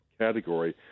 category